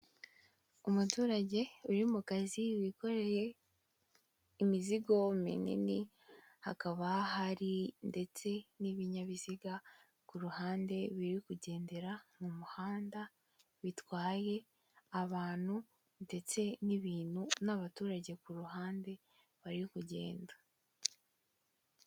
Umuturage uri mu kazi wikoreye imizigo minini, hakaba hari ndetse n'ibinyabiziga ku ruhande biri kugendera mu muhanda bitwaye abantu ndetse n'ibintu n'abaturage ku ruhande bari kugenda.